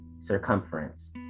circumference